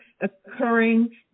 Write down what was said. occurring